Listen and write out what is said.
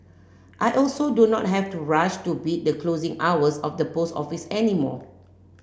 I also do not have to rush to beat the closing hours of the post office any more